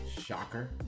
shocker